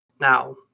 Now